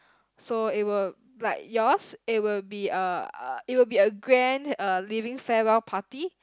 so it will like yours it will be uh uh it will be a grand uh leaving farewell party